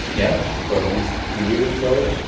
yeah, for at least three years or so.